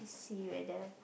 see whether